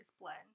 blend